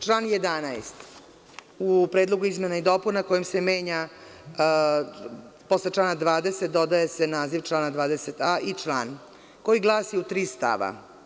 Član 11. u Predlogu izmena i dopuna kojim se menja posle člana 20. dodaje se naziv člana 20a i član koji glasi u tri stava.